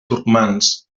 turcmans